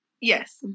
Yes